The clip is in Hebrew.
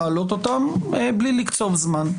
להעלות אותן בלי לקצוב זמן.